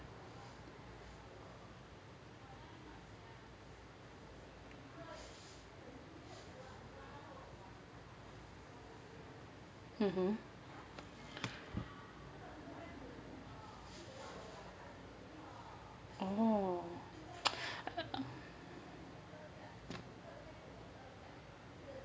mmhmm oh